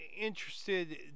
interested